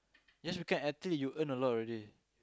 just become an athlete you earn a lot already